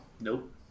Nope